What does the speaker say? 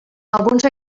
alguns